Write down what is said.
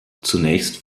zunächst